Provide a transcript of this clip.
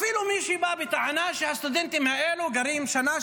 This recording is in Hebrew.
אפילו מי שבא בטענה שהסטודנטים האלה גרים שנה,